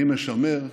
אני משמר,